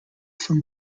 from